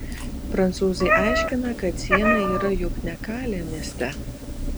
prancūzai aiškina kad siena yra juk ne kalė mieste